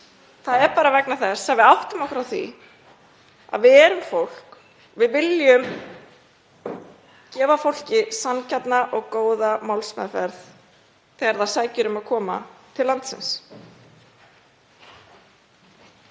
Það er bara vegna þess að við áttum okkur á því að við erum að tala um fólk. Við viljum veita fólki sanngjarna og góða málsmeðferð þegar það sækir um að koma til landsins.